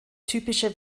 typische